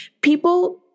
people